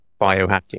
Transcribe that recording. biohacking